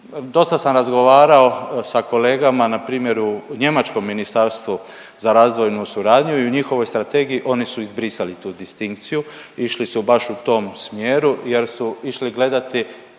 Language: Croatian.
Dosta sam razgovaramo sa kolegama npr. u njemačkom ministarstvu za razvojnu suradnju i u njihovoj strategiji oni su izbrisali tu distinkciju, išli su baš u tom smjeru jer su išli gledati